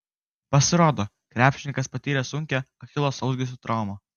pasirodo krepšininkas patyrė sunkią achilo sausgyslių traumą